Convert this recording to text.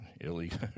illegal